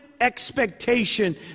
expectation